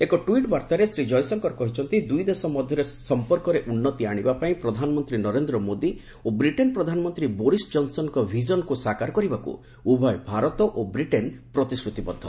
ଏକ ଟ୍ୱିଟ୍ ବାର୍ଭାରେ ଶ୍ରୀ ଜୟଶଙ୍କର କହିଛନ୍ତି ଦୁଇ ଦେଶ ମଧ୍ୟରେ ସମ୍ପର୍କରେ ଉନ୍ନତି ଆଣିବାପାଇଁ ପ୍ରଧାନମନ୍ତ୍ରୀ ନରେନ୍ଦ୍ର ମୋଦି ଓ ବ୍ରିଟେନ୍ ପ୍ରଧାନମନ୍ତ୍ରୀ ବୋରିସ୍ ଜନ୍ସନ୍ଙ୍କ ଭିଜନ୍କୁ ସାକାର କରିବାକୁ ଉଭୟ ଭାରତ ଓ ବ୍ରିଟେନ୍ ପ୍ରତିଶ୍ରତିବଦ୍ଧ